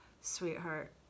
sweetheart